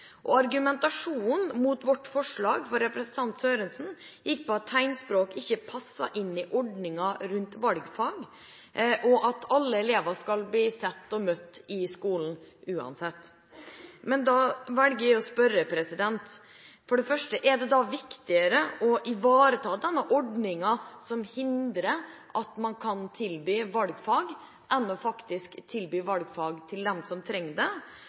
fellesskole. Argumentasjonen mot vårt forslag fra representanten Sørensen var at tegnspråk ikke passet inn i ordningen rundt valgfag, og at alle elever uansett skal bli sett og møtt i skolen. Da velger jeg å spørre: Er det viktigere å ivareta denne ordningen som hindrer at man kan tilby valgfag, enn faktisk å tilby valgfag til dem som trenger det?